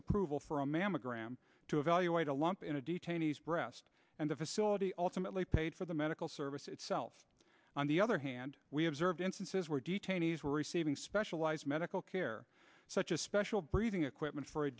approval for a mammogram to evaluate a lump in a detainee's breast and the facility ultimately paid for the medical service itself on the other hand we have served instances where detainees were receiving specialized medical care such a special breathing equipment for a